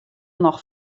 noch